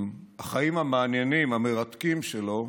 בחיים המעניינים והמרתקים שלו,